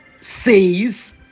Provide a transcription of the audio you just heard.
says